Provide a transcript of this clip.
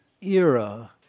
era